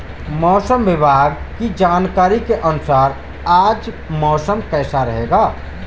मौसम विभाग की जानकारी के अनुसार आज मौसम कैसा रहेगा?